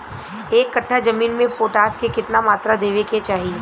एक कट्ठा जमीन में पोटास के केतना मात्रा देवे के चाही?